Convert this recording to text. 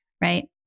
right